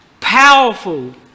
powerful